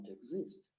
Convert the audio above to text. exist